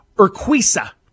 Urquiza